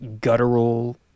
guttural